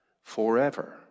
forever